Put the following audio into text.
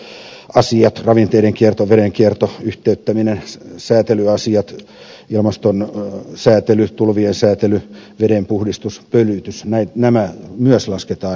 muun muassa ylläpitoasiat ravinteiden kierto veden kierto yhteyttäminen säätelyasiat ilmaston säätely tulvien säätely vedenpuhdistus pölytys myös lasketaan ekosysteemipalveluiden joukkoon